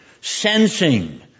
sensing